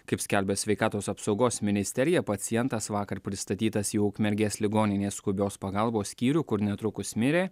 kaip skelbia sveikatos apsaugos ministerija pacientas vakar pristatytas į ukmergės ligoninės skubios pagalbos skyrių kur netrukus mirė